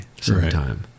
sometime